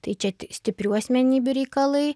tai čia tik stiprių asmenybių reikalai